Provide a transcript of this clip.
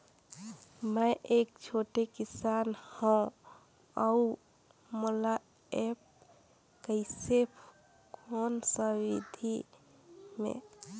मै एक छोटे किसान हव अउ मोला एप्प कइसे कोन सा विधी मे?